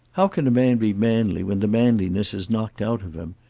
how can a man be manly when the manliness is knocked out of him?